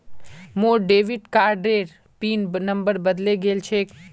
मोर डेबिट कार्डेर pin number बदले गेल छेक